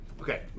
Okay